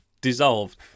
dissolved